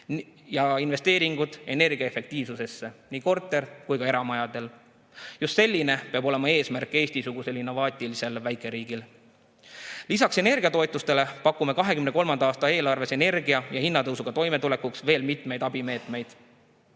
ja investeeringud energiaefektiivsusse nii korter- kui ka eramajadel. Just selline peab olema eesmärk Eesti-sugusel innovaatilisel väikeriigil. Lisaks energiatoetustele pakume 2023. aasta eelarves energia[hindade] ja [muu] hinnatõusuga toimetulekuks veel mitmeid abimeetmeid,